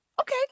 Okay